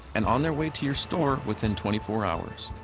and on their way to your store within twenty four hours.